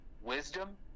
wisdom